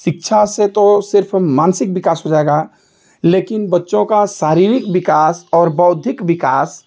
शिक्षा से तो सिर्फ मानसिक विकास हो जाएगा लेकिन बच्चों का शारीरिक विकास और बौद्धिक विकास